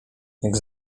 jak